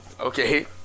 Okay